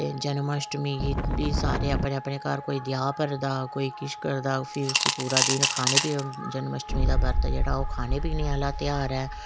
जन्मआष्ठमी गी सारे अपने अपने घर कोई दया परदा कोईउसी पूरा दिन खन्ने बी फिर जन्मअष्ठमी दा बर्त जेहड़ा ओह् खाने पीने आहला ध्यार ऐ